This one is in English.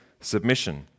submission